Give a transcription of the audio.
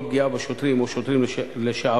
כל פגיעה בשוטרים או בשוטרים לשעבר